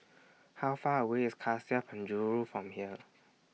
How Far away IS Cassia At Penjuru from here